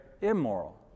immoral